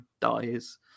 dies